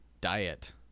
diet